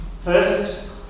First